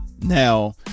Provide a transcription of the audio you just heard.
Now